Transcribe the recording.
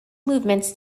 movements